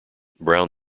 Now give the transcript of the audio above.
brown